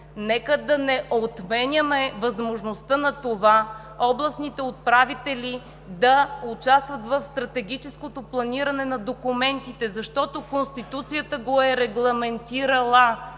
нека да не отменяме възможността областните управители да участват в стратегическото планиране на документите, защото Конституцията го е регламентирала!